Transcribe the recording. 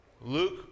Luke